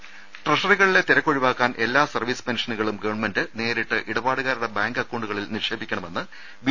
രുദ ട്രഷറികളിലെ തിരക്ക് ഒഴിവാക്കാൻ എല്ലാ സർവീസ് പെൻഷനുകളും ഗവൺമെന്റ് നേരിട്ട് ഇടപാടുകാരുടെ ബാങ്ക് അക്കൌണ്ടുകളിൽ നിക്ഷേപിക്കണമെന്ന് ബി